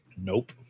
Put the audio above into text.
Nope